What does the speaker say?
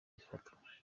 afatwa